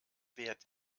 wert